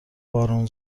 بارون